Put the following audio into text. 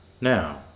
now